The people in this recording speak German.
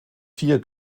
vier